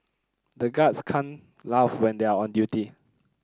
the guards can't laugh when they are on duty